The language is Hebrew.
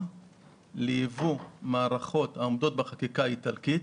לייבוא מערכות העומדות בחקיקה האיטלקית.